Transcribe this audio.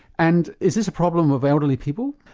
and is this a problem of elderly people?